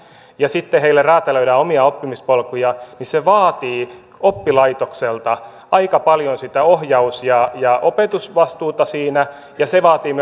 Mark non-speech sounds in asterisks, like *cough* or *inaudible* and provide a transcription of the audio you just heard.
ja heille räätälöidään omia oppimispolkuja niin se vaatii oppilaitokselta aika paljon sitä ohjaus ja ja opetusvastuuta ja se vaatii *unintelligible*